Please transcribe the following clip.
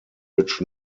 which